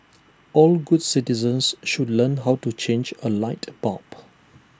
all good citizens should learn how to change A light bulb